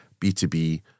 B2B